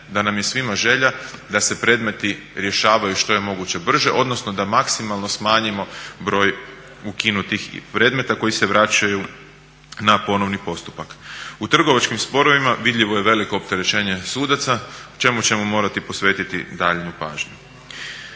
da nam je svima želja da se predmeti rješavaju što je moguće brže odnosno da maksimalno smanjimo broj ukinutih predmeta koji se vraćaju na ponovni postupak. U trgovačkim sporovima vidljivo je veliko opterećenje sudaca čemu ćemo morati posvetiti daljnju pažnju.